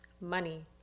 money